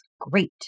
great